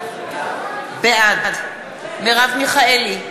בעד מרב מיכאלי,